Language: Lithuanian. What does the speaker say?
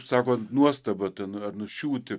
sako nuostaba ten ar nuščiūti